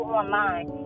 online